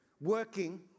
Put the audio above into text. working